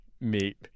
meat